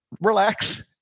relax